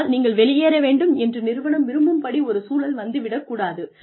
ஆனால் நீங்கள் வெளியேற வேண்டும் என்று நிறுவனம் விரும்பும்படி ஒரு சூழல் வந்து விடக் கூடாது